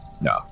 no